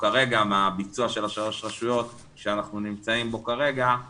מהביצוע של שלוש הרשויות שאנחנו נמצאים בו כרגע אנחנו